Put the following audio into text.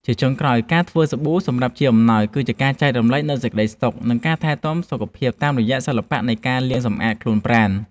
ជាចុងក្រោយ ការធ្វើសាប៊ូសម្រាប់ជាអំណោយគឺជាការចែករំលែកនូវសេចក្តីសុខ និងការថែទាំសុខភាពតាមរយៈសិល្បៈនៃការលាងសម្អាតខ្លួនប្រាណ។